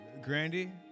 Grandy